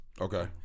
Okay